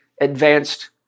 advanced